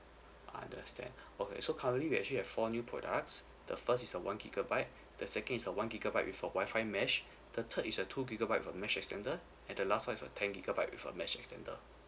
understand okay so currently we actually have four new products the first is a one gigabyte the second is a one gigabyte with a Wi-Fi mesh the third is a two gigabyte with a mesh extender and the last one is a ten gigabyte with a mesh extender